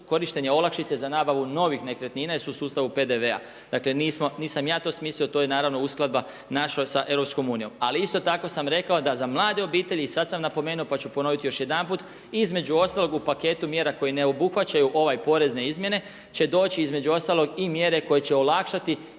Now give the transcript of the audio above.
korištenja olakšice za nabavu novih nekretnina jer su u sustavu PDV-a. Dakle, nisam ja to smislio, to je naravno uskladba naša sa Europskom unijom. Ali isto tako sam rekao da za mlade obitelji i sad sam napomenuo pa ću ponoviti još jedanput između ostalog u paketu mjera koji ne obuhvaćaju ove porezne izmjene će doći između ostalog i mjere koje će olakšati